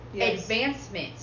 advancement